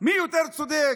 מי יותר צודק?